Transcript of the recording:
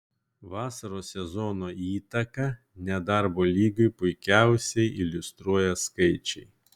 vasaros sezono įtaką nedarbo lygiui puikiausiai iliustruoja skaičiai